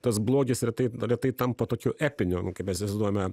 tas blogis retai retai tampa tokiu epiniu kaip mes įsivaizduojame